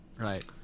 right